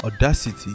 Audacity